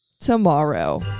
tomorrow